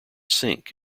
sink